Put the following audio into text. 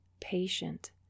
patient